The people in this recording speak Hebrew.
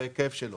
בהיקף שלו.